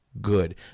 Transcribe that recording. good